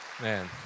Man